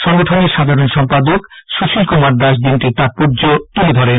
সংগঠনের সাধারণ সম্পাদক সুশীল কুমার দাশ দিনটির তাৎপর্য তুলে ধরেন